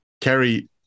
Kerry